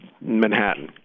Manhattan